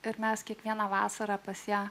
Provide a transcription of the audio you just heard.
ir mes kiekvieną vasarą pas ją